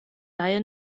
laie